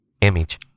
image